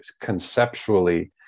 conceptually